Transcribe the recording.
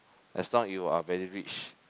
as long you are very rich